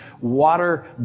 water